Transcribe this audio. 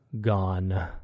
gone